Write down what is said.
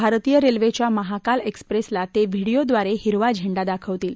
भारतीय रेल्वेच्या महाकाल एक्सप्रेसला ते व्हिडिओद्वारे हिरवा झेंडा दाखवतील